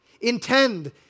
Intend